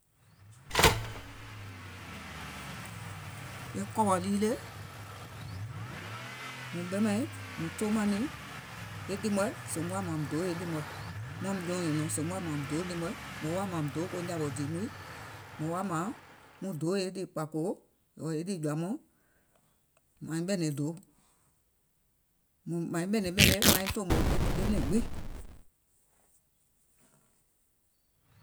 E kɔ̀wɔ̀ lii le, mùŋ ɓemȧiŋ, mùŋ toomȧŋ niìŋ e ɗì mɔ̀ɛ̀ sèèùm woà mààŋ muŋ doò ɗì mɔ̀ɛ̀, muàum jɔùŋ nyùnɔ̀ɔŋ sèèùm woà màȧŋ doò ɗì mɔ̀ɛ̀, mùŋ woà mȧȧŋ doò ko nyàwòò dìì muìŋ, mùŋ woà mȧȧŋ muŋ doò e ɗì kpȧkòò, ɔ̀ɔ̀ e ɗì jɔ̀à mɔɔ̀ŋ, màiŋ ɓɛ̀nɛ̀ŋ dòo, mȧiŋ ɓɛ̀nɛ̀ŋ ɓème maiŋ tòòmò e nɛ̀ŋ gbiŋ.